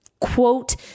quote